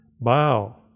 bow